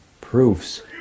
proofs